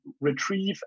retrieve